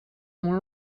ont